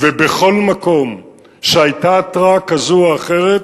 ובכל מקום שהיתה התרעה כזו או אחרת,